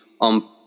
on